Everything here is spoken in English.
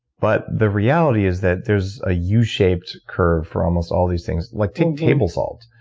but the reality is that there's a yeah u-shaped curve for almost all these things. like take table salt.